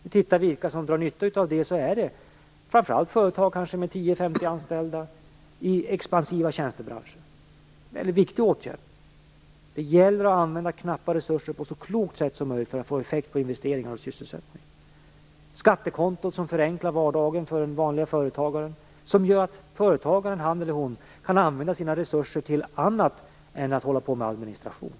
Om vi tittar på vilka det är som drar nytta av det ser vi att det är framför allt företag med 10-50 anställda, i expansiva tjänstebranscher. Det är en mycket viktig åtgärd. Det gäller att använda knappa resurser på ett så klokt sätt som möjligt för att få effekt på investeringar och sysselsättning. Skattekontot förenklar vardagen för den vanlige företagaren, och det gör att företagaren kan använda sina resurser till annat än att hålla på med administration.